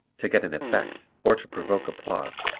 to get an effect or to provoke applause,